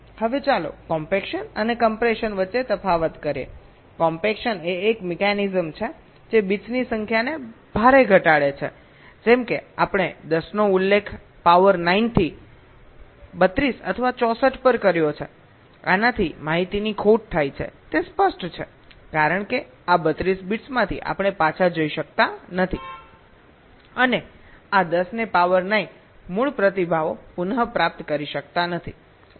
હવે ચાલો કોમ્પેક્શન અને કમ્પ્રેશન વચ્ચે તફાવત કરીએકોમ્પેક્શન એ એક મિકેનિઝમ છે જે બિટ્સની સંખ્યાને ભારે ઘટાડે છે જેમ કે આપણે 10 નો ઉલ્લેખ પાવર 9 થી 32 અથવા 64 પર કર્યો છે આનાથી માહિતીની ખોટ થાય છે તે સ્પષ્ટ છે કારણ કે આ 32 બિટ્સમાંથી આપણે પાછા જઈ શકતા નથી અને આ 10 ને પાવર 9 મૂળ પ્રતિભાવો પુનપ્રાપ્ત કરી શકતા નથી